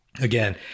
Again